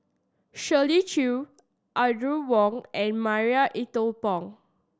Shirley Chew Audrey Wong and Marie Ethel Bong